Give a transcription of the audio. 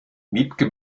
wiebke